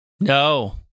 No